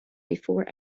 before